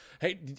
hey